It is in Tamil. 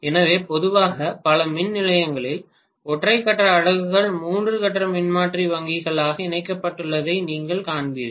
எனவே பொதுவாக பல மின் நிலையங்களில் ஒற்றை கட்ட அலகுகள் மூன்று கட்ட மின்மாற்றி வங்கிகளாக இணைக்கப்பட்டுள்ளதை நீங்கள் காண்பீர்கள்